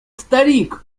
старик